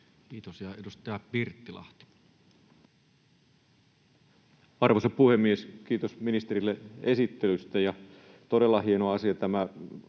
Kiitos. — Ja edustaja Pirttilahti. Arvoisa puhemies! Kiitos ministerille esittelystä. On todella hieno asia tämä